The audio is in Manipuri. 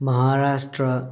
ꯃꯍꯥꯔꯥꯁꯇ꯭ꯔ